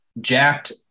jacked